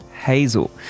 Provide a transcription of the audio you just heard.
Hazel